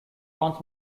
runs